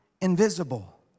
invisible